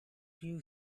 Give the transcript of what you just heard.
few